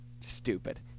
stupid